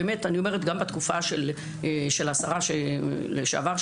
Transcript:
בתקופה של השרה לשעבר,